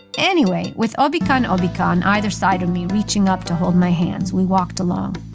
anyway, with obica and obica on either side of me reaching up to hold my hands, we walked along.